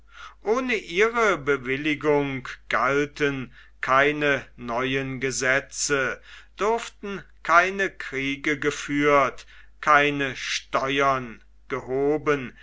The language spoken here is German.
ohne ihre bewilligung galten keine neuen gesetze durften keine kriege geführt keine steuern gehoben